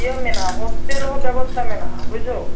ᱤᱭᱟᱹ ᱢᱮᱱᱟᱜᱼᱟ ᱦᱳᱥᱴᱮᱞ ᱦᱚᱸ ᱵᱮᱵᱚᱥᱛᱟ ᱢᱮᱱᱟᱜᱼᱟ ᱵᱩᱡᱷᱟᱹᱣ